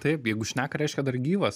taip jeigu šneka reiškia dar gyvas